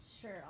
Sure